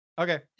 Okay